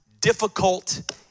difficult